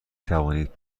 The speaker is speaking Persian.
توانید